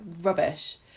Rubbish